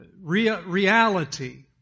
reality